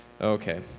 Okay